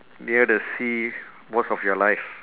near the sea most of your life